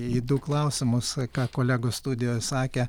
į du klausimus ką kolegos studijoj sakė